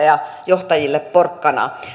ja johtajille porkkanaa